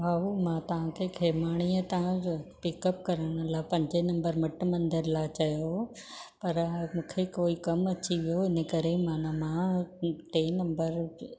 भाउ मां तव्हां खे खेमाणीअ तव्हां जो पिकअप करण लाइ पंजे नंबरु मट मंदरु लाइ चयो हुओ पर मूंखे कोई कमु अची वियो हिन करे माना मां टे नंबरु